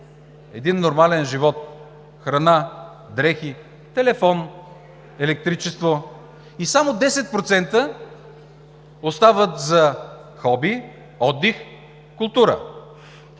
с нормален живот – храна, дрехи, телефон, електричество. И само 10% остават за хоби, отдих и култура.